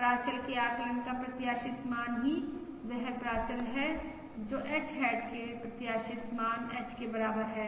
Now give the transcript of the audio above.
प्राचल के आकलन का प्रत्याशित मान ही वह प्राचल है जो H हैट के प्रत्याशित मान H के बराबर है